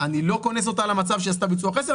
אני לא קונס אותה על מצב שהיא עושה ביצועי חסר,